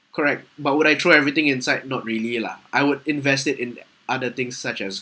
correct but would I throw everything inside not really lah I would invest it in other things such as